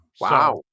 Wow